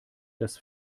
das